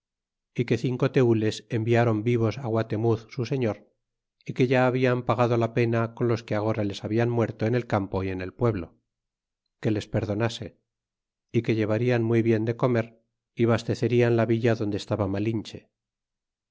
y que cinco tenles environ vivos guatemuz su señor y que ya hablan pagado la pena con los que agora les hablan muerto en el campo y en el pueblo que les perdonase y que llevarian muy bien de comer y bastecerian la villa donde estaba malinche